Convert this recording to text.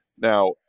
Now